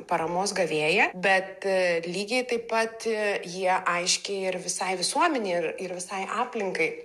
paramos gavėją bet lygiai taip pat jie aiškiai ir visai visuomenei ir ir visai aplinkai